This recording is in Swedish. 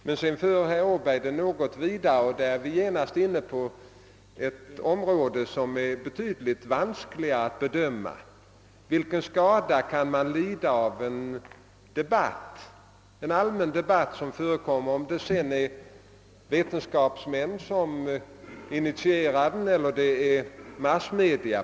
Herr Åberg förde emellertid resonemanget in på ett område som är betydligt vanskligare att bedöma, nämligen vilken skada man kan lida av en allmän debatt som förs, initierad antingen av vetenskapsmän eller på olika sätt genom massmedia.